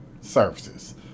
services